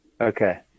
Okay